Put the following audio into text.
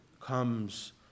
comes